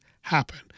happen